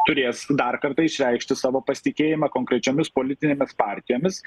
turės dar kartą išreikšti savo pasitikėjimą konkrečiomis politinėmis partijomis